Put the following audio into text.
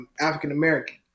African-American